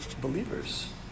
believers